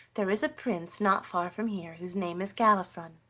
there is a prince not far from here whose name is galifron,